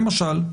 למשל.